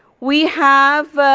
we have